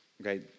okay